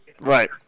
Right